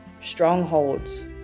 strongholds